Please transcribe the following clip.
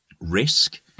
risk